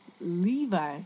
Levi